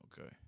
okay